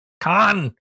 con